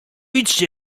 idźże